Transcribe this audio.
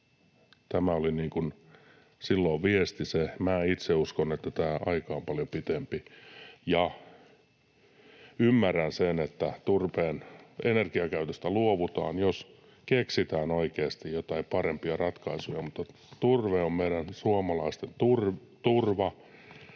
Tämä oli silloin viesti. Minä itse uskon, että tämä aika on paljon pitempi. Ymmärrän sen, että turpeen energiakäytöstä luovutaan, jos keksitään oikeasti joitain parempia ratkaisuja. Mutta turve on meidän suomalaisten turva.